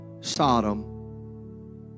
Sodom